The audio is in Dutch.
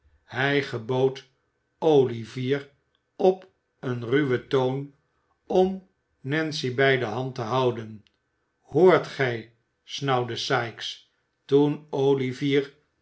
hij gebood o ivier op een ruwen toon om nancy bij de hand te houden hoort gij snauwde sikes toen olivier